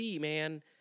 man